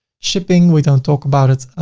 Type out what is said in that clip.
shipping we don't talk about it.